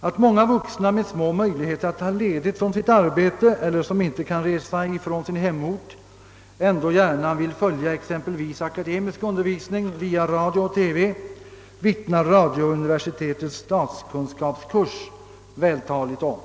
Att många vuxna, som har små möjligheter att ta ledigt från sitt arbete eller som inte kan resa från sin hemort, gärna vill följa en akademisk undervisning i radio och TV vittnar radiouniversitetets kurs i statskunskap tydligt om.